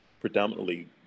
predominantly